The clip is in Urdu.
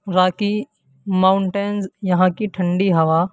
راکی ماؤنٹینز یہاں کی ٹھنڈی ہوا